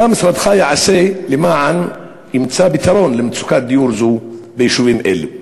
מה משרדך יעשה למען יימצא פתרון למצוקת דיור זו ביישובים אלו?